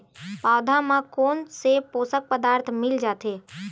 पौधा मा कोन से पोषक पदार्थ पाए जाथे?